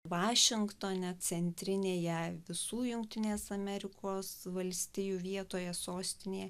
vašingtone centrinėje visų jungtinės amerikos valstijų vietoje sostinėje